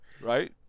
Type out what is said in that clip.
Right